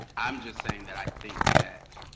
i'm just saying that i think that